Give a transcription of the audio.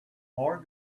more